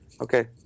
okay